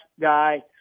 guy